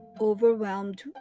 overwhelmed